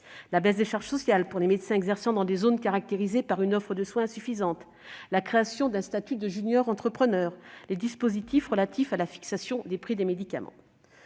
la baisse des charges sociales pour les médecins exerçant dans des zones caractérisées par une offre de soins insuffisante ; la création d'un statut de junior-entrepreneur ; ou les dispositifs relatifs à la fixation des prix des médicaments.